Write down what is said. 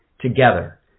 Together